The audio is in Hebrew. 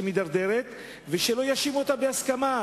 ושלא יאשימו אותה בהסכמה.